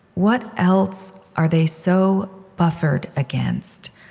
what else are they so buffered against,